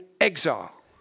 exile